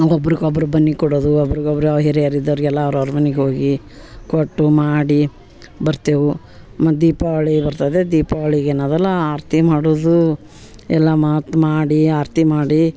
ಒಬ್ರಿಗೊಬ್ರು ಬನ್ನಿ ಕೊಡೋದು ಒಬ್ರಿಗ್ ಒಬ್ಬರು ಹಿರಿಯರಿಗೆ ಇದ್ದೋರ್ಗೆ ಎಲ್ಲ ಅವ್ರವ್ರ ಮನಿಗೆ ಹೋಗಿ ಕೊಟ್ಟು ಮಾಡಿ ಬರ್ತೇವೆ ಮತ್ತು ದೀಪಾವಳಿ ಬರ್ತದೆ ದೀಪಾವಳಿಗೆ ಏನದಲ್ಲ ಆರತಿ ಮಾಡೋದು ಎಲ್ಲ ಮತ್ತು ಮಾಡಿ ಆರತಿ ಮಾಡಿ